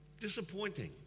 Disappointing